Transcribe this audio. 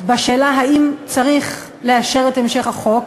בשאלה אם צריך לאשר את המשך החוק,